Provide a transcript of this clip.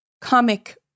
comic